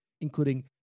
including